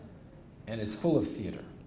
and it's full of theater.